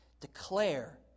Declare